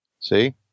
See